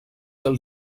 del